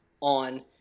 on